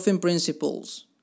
Principles